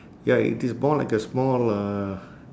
ya it is more like a small uh